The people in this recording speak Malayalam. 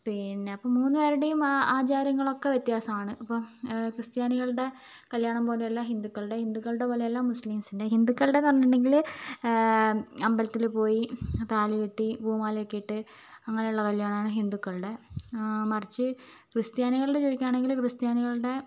പിന്നെ അപ്പോൾ മൂന്നുപേരുടേയും ആ ആചാരങ്ങളൊക്കെ വ്യത്യാസമാണ് ഇപ്പം ക്രിസ്ത്യാനികളുടെ കല്ല്യാണം പോലെ അല്ല ഹിന്ദുക്കളുടെ ഹിന്ദുക്കളുടെ പോലെ അല്ല മുസ്ലിംസിൻ്റെ ഹിന്ദുക്കളുടെയെന്നു പറഞ്ഞിട്ടുണ്ടെങ്കിൽ അമ്പലത്തിൽ പോയി താലി കെട്ടി പൂമാലയൊക്കെ ഇട്ട് അങ്ങനെയുള്ള കല്ല്യാണമാണ് ഹിന്ദുക്കളുടെ മറിച്ച് ക്രിസ്ത്യാനികളുടെ ചോദിക്കുകയാണെങ്കിൽ ക്രിസ്ത്യാനികളുടെ